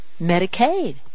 Medicaid